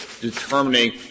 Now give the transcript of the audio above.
determining